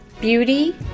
Beauty